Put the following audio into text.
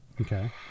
Okay